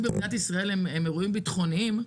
במדינת ישראל הם אירועים ביטחוניים,